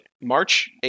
March